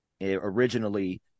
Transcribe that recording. Originally